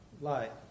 light